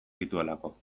dituelako